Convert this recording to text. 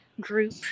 group